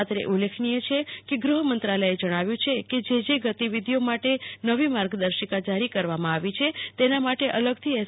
અત્રે ઉલ્લેખનીય છે કે ગૃહમંત્રાલયે જણાવ્યુ છે કે જે જે ગતિવિધીઓ માટે નવી માર્ગદર્શિકા જારી કરવામાં આવી છે તેના માટે અલગથી એસ